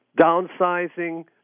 downsizing